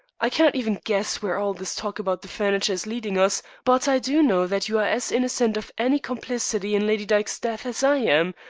i cannot even guess where all this talk about the furniture is leading us, but i do know that you are as innocent of any complicity in lady dyke's death as i am,